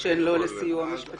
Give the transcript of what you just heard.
שהן לא לסיוע משפטי?